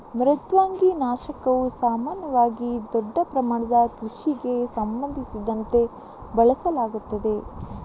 ಮೃದ್ವಂಗಿ ನಾಶಕವು ಸಾಮಾನ್ಯವಾಗಿ ದೊಡ್ಡ ಪ್ರಮಾಣದ ಕೃಷಿಗೆ ಸಂಬಂಧಿಸಿದಂತೆ ಬಳಸಲಾಗುತ್ತದೆ